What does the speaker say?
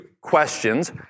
questions